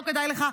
לא כדאי לך,